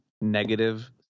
negative